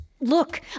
Look